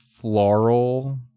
floral